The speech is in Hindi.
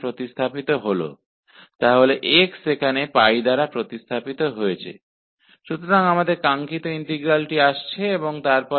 क्योंकि यह x π पर इस फ़ंक्शन का औसत मान है इसलिए हमारे पास इंटीग्रल का मान आ गया है जो कि ½ है